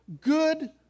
good